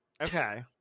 Okay